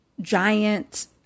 giant